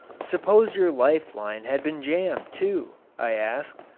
suppose your life-line had been jammed, too, i asked,